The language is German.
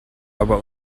aber